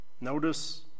Notice